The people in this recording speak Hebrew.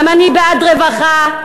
גם אני בעד רווחה,